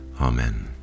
Amen